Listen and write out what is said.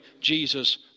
Jesus